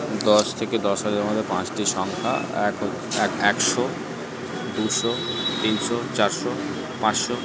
দশ থেকে দশ হাজারের মধ্যে পাঁচটি সংখ্যা এক এক একশো দুশো তিনশো চারশো পাঁচশো